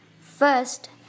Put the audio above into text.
First